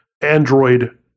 Android